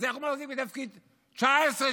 אז איך הוא מחזיק בתפקיד 19 שנים?